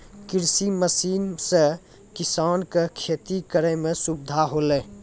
कृषि मसीन सें किसान क खेती करै में सुविधा होलय